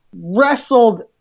wrestled